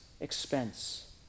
expense